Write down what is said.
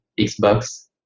Xbox